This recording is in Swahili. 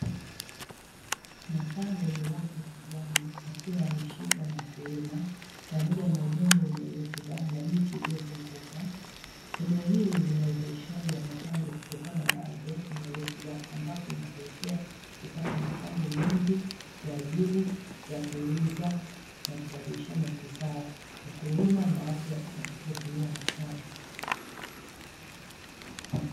Matango yenye rangi ya kijani yakiwa yameshikwa na mkulima pamoja na udongo wenye rutuba na miti iliyozunguka, eneo hili lina uzalishaji wa matango kutokana na ardhi yake yenye rutuba ambapo inapelekea kupata matango mengi kwa ajili ya kuuza na kubadilishana bidhaa wakulima na watu watakaotumia matango.